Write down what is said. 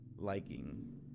Liking